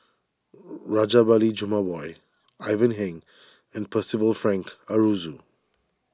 Rajabali Jumabhoy Ivan Heng and Percival Frank Aroozoo